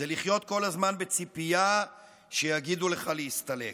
זה להיות כל הזמן בציפייה שיגידו לך להסתלק"